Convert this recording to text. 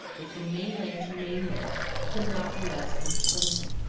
but from main-land to main-land it can not be less than twenty.